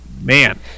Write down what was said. man